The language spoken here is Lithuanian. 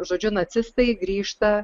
žodžiu nacistai grįžta